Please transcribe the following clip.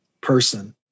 person